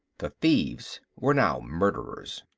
the thieves were now murderers.